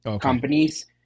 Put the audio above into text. companies